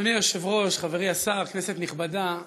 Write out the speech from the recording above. אדוני היושב-ראש, חברי השר, כנסת נכבדה,